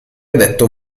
detto